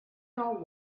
know